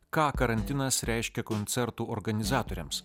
ką karantinas reiškia koncertų organizatoriams